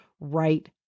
right